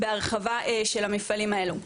בהרחבה של המפעלים האלו.